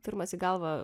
pirmas į galvą